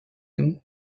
him